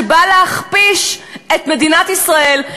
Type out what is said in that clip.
שבא להכפיש את מדינת ישראל,